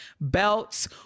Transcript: belts